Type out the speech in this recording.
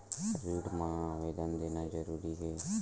ऋण मा आवेदन देना जरूरी हे?